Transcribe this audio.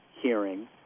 hearing